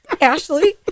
Ashley